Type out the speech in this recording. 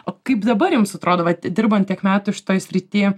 o kaip dabar jums atrodo vat dirbant tiek metų šitoj srity